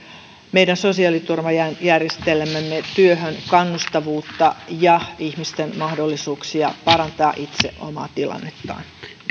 meidän sosiaaliturvajärjestelmämme työhön kannustavuutta ja ihmisten mahdollisuuksia parantaa itse omaa tilannettaan